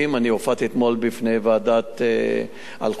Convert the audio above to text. אני הופעתי אתמול בפני הוועדה, על חוק טל,